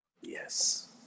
Yes